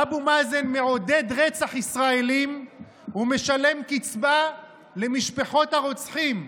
אבו מאזן מעודד רצח ישראלים ומשלם קצבה למשפחות הרוצחים.